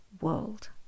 world